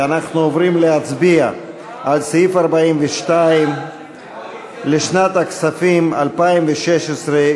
אנחנו עוברים להצביע על סעיף 42 לשנת הכספים 2016,